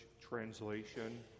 translation